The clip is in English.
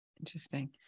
Interesting